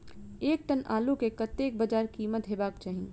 एक टन आलु केँ कतेक बजार कीमत हेबाक चाहि?